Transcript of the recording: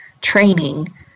training